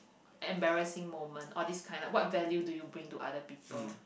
embarrassing moment all this kind like what value do you bring to other people